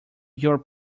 your